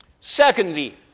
Secondly